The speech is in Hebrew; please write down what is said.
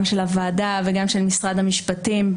גם של הוועדה וגם של משרד המשפטים.